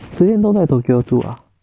十天都在 tokyo 住啊